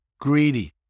greedy